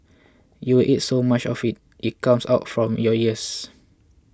you will eat so much of it it comes out from your ears